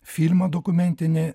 filmą dokumentinį